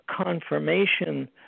confirmation